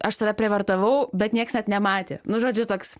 aš save prievartavau bet nieks net nematė nu žodžiu toks